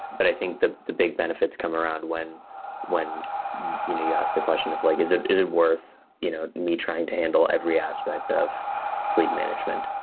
but i think the the big benefits come around when when you know you ask the question if like, is it is it worth you know me trying to handle every aspect of fleet management,